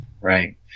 Right